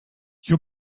your